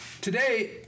today